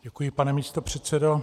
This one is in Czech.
Děkuji, pane místopředsedo.